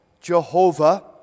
Jehovah